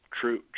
true